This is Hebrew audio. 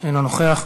אינו נוכח.